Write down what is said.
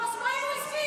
נו, אז מה אם הוא הזכיר?